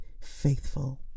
faithful